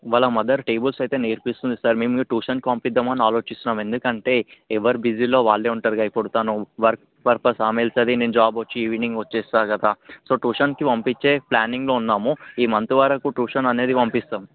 వాళ్ళ mother tables అయితే నేర్పిస్తుంది సార్ మేము ట్యూషన్కి పంపిద్దామని ఆలోచిస్తున్నాం ఎందుకంటే ఎవరి బిజీలో వాళ్ళే ఉంటారుగా ఇప్పుడు తను వర్క్ పర్పస్ ఆమె వెళ్తుంది నేను జాబ్ వచ్చి ఈవినింగ్ వస్తాను కదా సో ట్యూషన్కి పంపించే ప్లానింగ్లో ఉన్నాము ఈ మంత్ వరకు ట్యూషన్ అనేది పంపిస్తాం